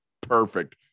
Perfect